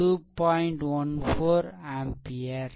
14 ampere